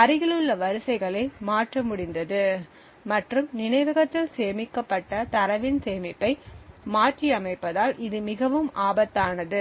அருகிலுள்ள வரிசைகளை மாற்ற முடிந்தது மற்றும் நினைவகத்தில் சேமிக்கப்பட்ட தரவின் சேமிப்பை மாற்றி அமைப்பதால் இது மிகவும் ஆபத்தானது